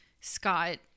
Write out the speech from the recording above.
Scott